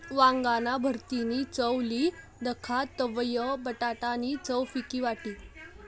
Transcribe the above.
वांगाना भरीतनी चव ली दखा तवयं बटाटा नी चव फिकी वाटी